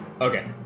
okay